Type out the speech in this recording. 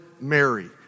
Mary